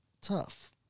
tough